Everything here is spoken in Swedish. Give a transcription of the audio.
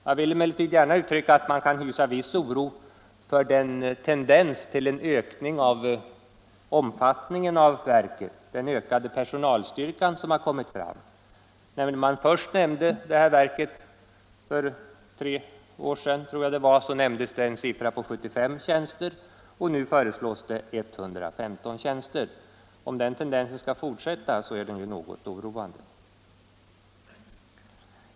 Jag vill emellertid påpeka att man kan hysa viss oro för den tendens till en ökad omfattning av verkets personalstyrka som kan spåras. När verket först nämndes — det var väl 1972 — talades det om 75 tjänster och nu föreslås 115 tjänster. Om den tendensen skall fortsätta är den något oroande.